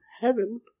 heaven